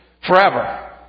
Forever